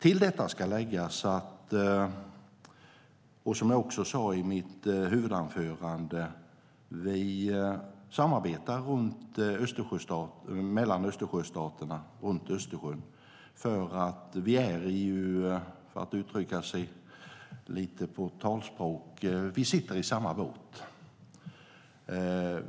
Till detta ska läggas att vi, som jag sade i mitt interpellationssvar, samarbetar Östersjöstaterna emellan, eftersom vi - för att uttrycka det lite talspråkligt - sitter i samma båt.